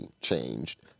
changed